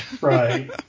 Right